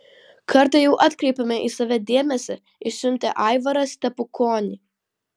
kartą jau atkreipėme į save dėmesį išsiuntę aivarą stepukonį